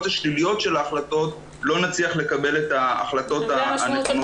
השליליות של ההחלטות לא נצליח לקבל את ההחלטות הנכונות.